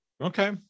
Okay